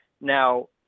Now